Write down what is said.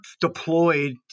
deployed